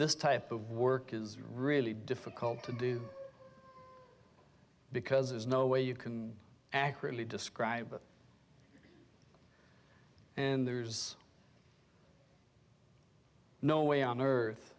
this type of work is really difficult to do because there's no way you can accurately describe it and there's no way on earth